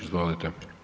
Izvolite.